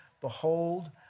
Behold